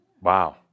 Wow